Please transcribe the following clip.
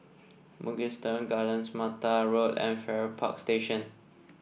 Mugliston Gardens Mattar Road and Farrer Park Station